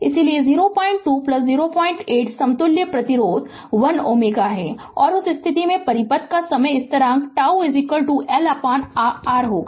इसलिए 0208 समतुल्य प्रतिरोध 1 Ω है और उस स्थिति में परिपथ का समय स्थिरांक τ L R होगा